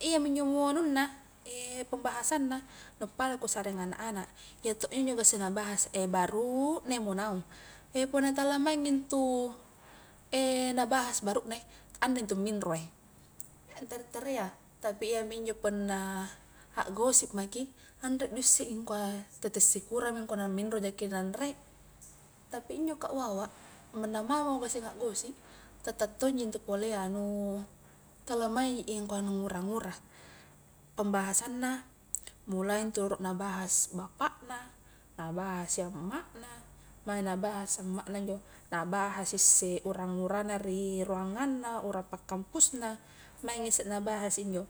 iyamo njo nu anunna pembahasanna nu pada kusarring ana-ana, iya tojji njo gassing nabahas barunne mo naung, punna talamaingi ntu nabahas barune ande ntu minroe, tapi iyami injo punna a gosip maki, anre naisse i ngkua tette sikurami ngkua la minro jaki inne anre, tapi injo ka wawa manna mamo gasing a gosip tetta tojji ntu pole iya nu tala mai i ngkua nu ngura-ngura, pembahasanna mulai ntru loro nabahas bapakna, nabahas i amma na, mae nabahas amma na injo nabahas isse urang-urangna ri ruanganna, urang pakampusna, maingmi isse nabahas injo.